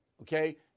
Okay